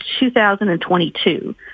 2022